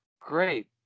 Great